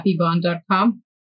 happybond.com